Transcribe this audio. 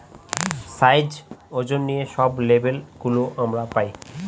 size, ওজন নিয়ে সব লেবেল গুলো আমরা পায়